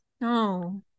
no